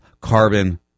carbon